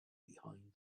behind